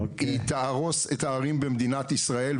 היא תהרוס את הערים במדינת ישראל,